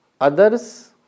Others